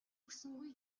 өгсөнгүй